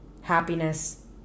happiness